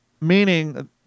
meaning